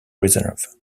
reserve